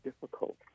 difficult